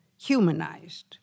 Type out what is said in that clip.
humanized